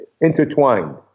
intertwined